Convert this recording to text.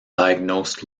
diagnosed